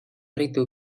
ritu